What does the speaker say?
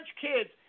kids